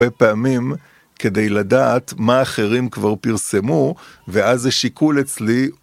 הרבה פעמים כדי לדעת מה אחרים כבר פרסמו ואז זה שיקול אצלי...